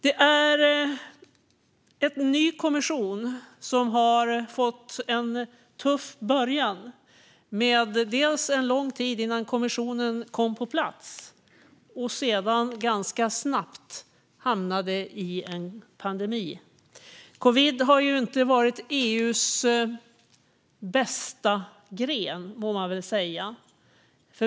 Det är en ny kommission, som har fått en tuff början. Bland annat tog det lång tid innan kommissionen kom på plats. Sedan hamnade den ganska snabbt i en pandemi. Covid har inte varit EU:s bästa gren, må man väl säga.